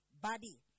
body